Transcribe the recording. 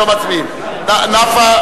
קורסים למבוגרים),